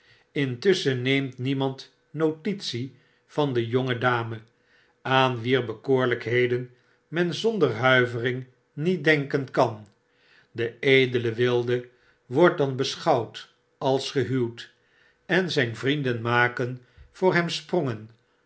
iutusschen neemt niemand notitie van de jonge dame aan wier bekoorlpheden men zonder huivering niet denken kan de edele wilde wordt dan beschouwd als gehuwd en zgn vrienden maken voor hem sprongen